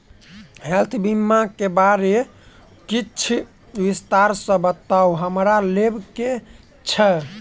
Health बीमा केँ बारे किछ विस्तार सऽ बताउ हमरा लेबऽ केँ छयः?